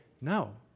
No